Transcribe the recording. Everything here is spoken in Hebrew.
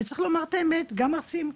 וצריך לומר את האמת גם מרצים,